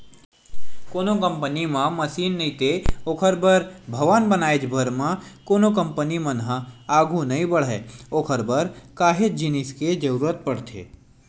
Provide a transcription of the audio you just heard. कोनो कंपनी म मसीन नइते ओखर बर भवन बनाएच भर म कोनो कंपनी मन ह आघू नइ बड़हय ओखर बर काहेच जिनिस के जरुरत पड़थे